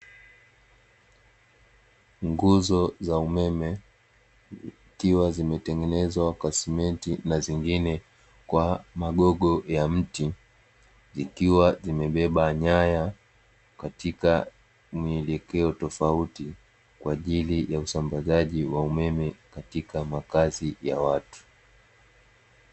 Nguzo za umeme zikiwa vimetengenezwa kwa simenti na zingine kwa magogo ya miti, zikiwa zimebeba nyaya katika mielekeo tofauti kwa ajili ya usambazaji wa umeme katika makazi ya watu.